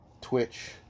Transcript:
Twitch